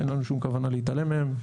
אין לנו שום כוונה להתעלם מהן.